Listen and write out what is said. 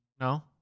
no